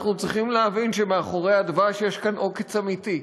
אנחנו צריכים להבין שמאחורי הדבש יש כאן עוקץ אמיתי,